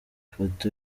ifoto